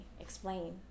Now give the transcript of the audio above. explain